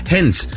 Hence